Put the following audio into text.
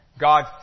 God